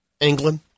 England